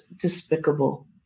despicable